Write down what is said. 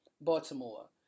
Baltimore